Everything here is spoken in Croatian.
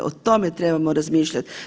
O tome trebamo razmišljati.